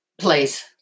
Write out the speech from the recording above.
please